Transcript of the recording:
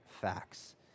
facts